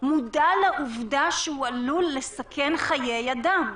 מודע לעובדה שהוא עלול לסכן חיי אדם.